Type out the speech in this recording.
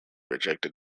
rejected